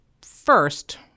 first